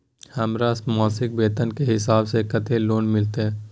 हमर मासिक वेतन के हिसाब स कत्ते लोन मिलते?